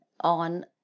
on